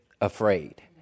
afraid